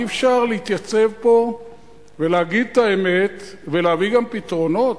אי-אפשר להתייצב פה ולהגיד את האמת ולהביא גם פתרונות?